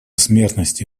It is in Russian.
смертности